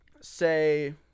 say